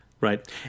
Right